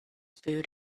food